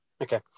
Okay